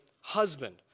husband